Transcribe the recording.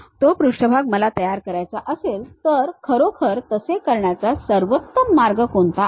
तो पृष्ठभाग मला तयार करायचा असेल तर खरोखर तसे करण्याच्या सर्वोत्तम मार्ग कोणता आहे